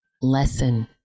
lesson